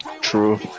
True